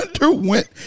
underwent